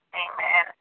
amen